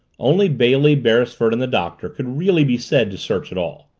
only bailey, beresford, and the doctor could really be said to search at all.